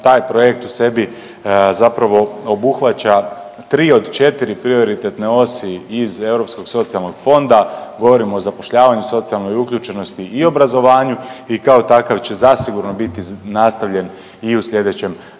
Taj projekt u sebi zapravo obuhvaća tri od četiri prioritetne osi iz Europskog socijalnog fonda, govorim o zapošljavanju, socijalnoj uključenosti i obrazovanju i kao takav će zasigurno biti nastavljen i u sljedećem